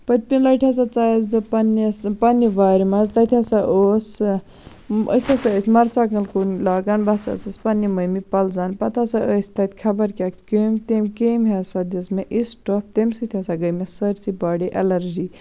پٔتمہِ لَٹہٕ ہَسا ژایَس بہٕ پننس پَننِہ وارِ مَنٛز تَتہِ ہَسا اوس أسۍ ہَسا ٲسۍ مَرژٕوانٛگَن کُلۍ لاگان بہٕ ہَسا ٲسٕس پَننہِ ممی پَلزان پَتہٕ ہَسا ٲسۍ خَبر کیاہ کیٚمۍ تٔمۍ کیٚمۍ ہَسا دِژ مےٚ یِژھ ٹۄپھ تمہِ سۭتۍ ہَسا گٔے مےٚ سٲرسٕے باڑی ایٚلَرجی